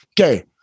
Okay